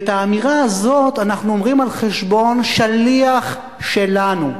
את האמירה הזאת אנחנו אומרים על חשבון שליח שלנו,